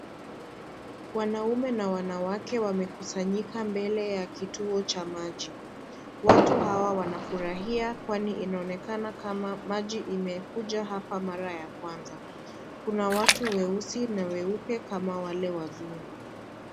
Wanaume na wanawake wamekusanyika mbele ya kituo cha maji, watu hawa wanafurahia kwani inaonekana kama maji imekuja hapa mara ya kwanza, kuna watu weusi na weupe kama wale wazungu.